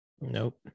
Nope